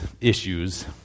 issues